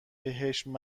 مجبور